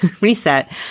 reset